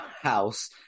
house